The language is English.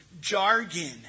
jargon